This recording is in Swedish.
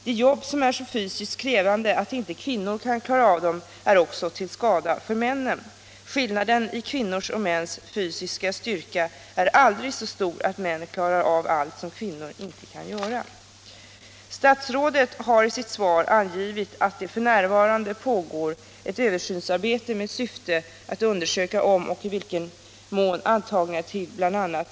De jobb som är så fysiskt krävande att inte kvinnor kan klara av dem är också till skada för männen. Skillnaden i kvinnors och mäns fysiska styrka är aldrig så stor att alla män klarar av allt som inte kvinnor kan göra. Statsrådet har i sitt svar angivit att det f. n. pågår ett översynsarbete med syfte att undersöka om och i vilken mån antagningarna till bl.a.